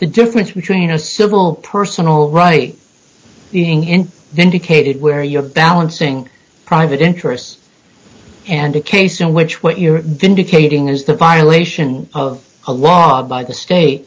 the difference between a civil personal right being in indicated where you're balancing private interests and a case in which what you're vindicating is the violation of a law by the state